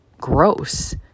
gross